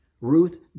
Ruth